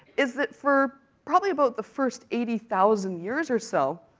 is that, for probably about the first eighty thousand years or so,